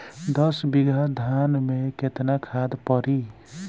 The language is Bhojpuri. दस बिघा धान मे केतना खाद परी?